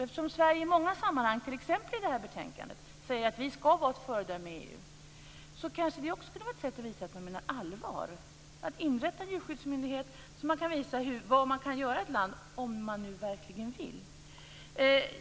Eftersom vi i Sverige i många sammanhang - t.ex. i det här betänkandet - säger att vi skall vara ett föredöme i EU, kunde detta vara ett sätt att visa att vi menar allvar. En djurskyddsmyndighet kan visa vad som kan göras i ett land - om man verkligen vill.